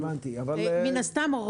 מן הסתם,